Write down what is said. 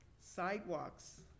sidewalks